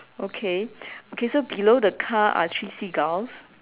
okay okay so below the car are three seagulls